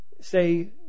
say